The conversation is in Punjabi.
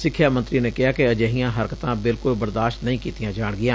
ਸਿੱਖਿਆ ਮੰਤਰੀ ਨੇ ਕਿਹਾ ਕਿ ਅਜਿਹੀਆ ਹਰਕਤਾ ਬਿਲਕੁਲ ਬਰਦਾਸ਼ਤ ਨਹੀ ਕੀਤੀਆ ਜਾਣਗੀਆ